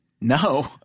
No